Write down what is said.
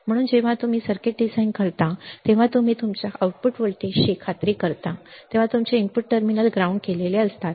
म्हणून जेव्हा तुम्ही सर्किट डिझाईन करता तेव्हा तुम्ही तुमच्या आउटपुट व्होल्टेजची खात्री करता तेव्हा तुमचे इनपुट टर्मिनल्स ग्राउंड केलेले असतात